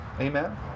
Amen